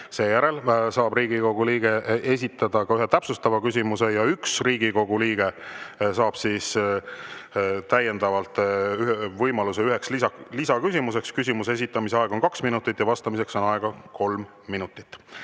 Seejärel saab Riigikogu liige esitada ka ühe täpsustava küsimuse ja üks Riigikogu liige saab võimaluse üheks lisaküsimuseks. Küsimuse esitamise aeg on kaks minutit, vastamiseks on aega kolm minutit.